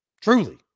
Truly